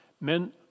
Men